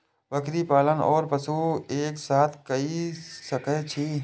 बकरी पालन ओर पशु एक साथ कई सके छी?